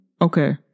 Okay